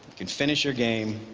can finish your game.